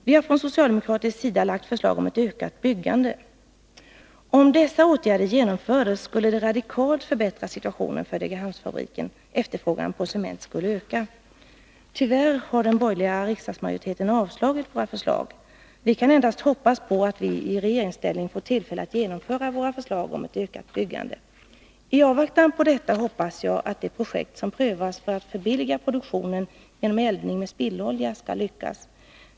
Vi har från socialdemokratisk sida lagt förslag om ett ökat byggande —-- Om dessa åtgärder genomfördes skulle det radikalt förbättra situationen för Degerhamnsfabriken, efterfrågan på cement skulle öka. Tyvärr har den borgerliga riksdagsmajoriteten avslagit våra förslag. Vi kan endast hoppas på att vi i regeringsställning får tillfälle att genomföra våra förslag om ett ökat byggande. I avvaktan på detta hoppas jag att det projekt som prövas för att förbilliga produktionen, genom eldning med spillolja, skall lyckas.